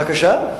בבקשה?